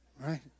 right